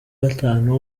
gatanu